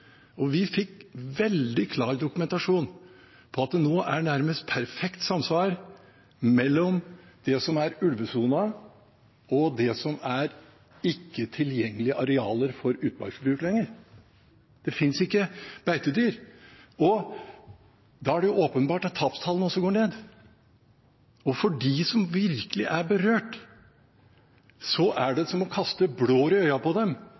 år. Vi fikk veldig klar dokumentasjon på at det nå er nærmest perfekt samsvar mellom det som er ulvesonen, og det som er ikke tilgjengelige arealer for utmarksbruk lenger. Det finnes ikke beitedyr. Da er det jo åpenbart at tapstallene går ned. For dem som virkelig er berørt, er det som å kaste blår i øynene på dem